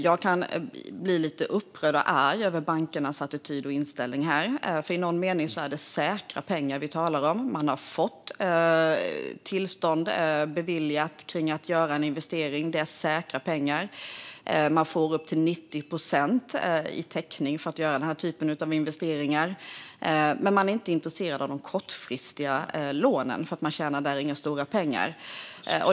Jag kan bli lite upprörd och arg över bankernas attityd och inställning här. I någon mening är det säkra pengar vi talar om. Man har beviljats tillstånd att göra en investering. Man får täckning med upp till 90 procent för att göra denna typ av investering. Men bankerna är inte intresserade av de kortfristiga lånen, för där tjänar de inga stora pengar.